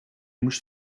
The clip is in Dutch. moest